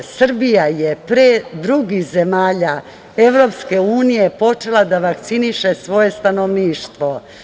Srbija je pre drugih zemalja EU počela da vakciniše svoje stanovništvo.